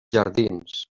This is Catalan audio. jardins